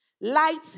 Light